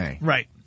Right